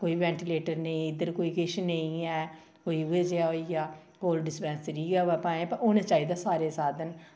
कोई बेंटीलेटर नेईं इद्धर कोई किश नेईं ऐ कोई उ'ऐ जेहा होई जा कोल डिस्पैंसरी गै होऐ भाएं पर होने चाहिदा सारे साधन